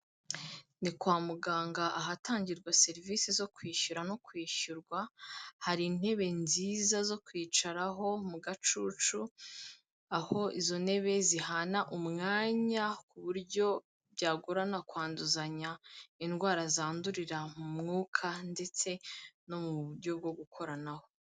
Ni kwa muganga ahatangirwa serivisi zo kwishyura no kwishyurwa, hari intebe nziza zo kwicaraho mu gacucu, aho izo ntebe zihana umwanya, ku buryo byagorana kwanduzanya indwara zandurira mu mwuka ndetse no mu buryo bwo gukoranaho.